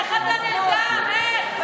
איך אתה נרדם, איך?